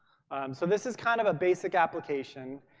so this is kind of a basic application.